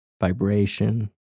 vibration